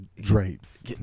drapes